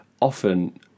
often